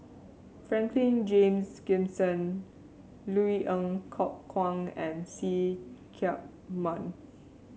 Franklin Charles Gimson Loui Ng Kok Kwang and See Chak Mun